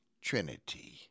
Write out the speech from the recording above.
Trinity